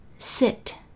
Sit